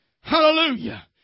Hallelujah